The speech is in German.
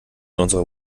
unserer